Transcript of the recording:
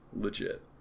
legit